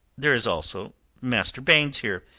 there is also master baynes here,